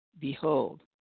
Behold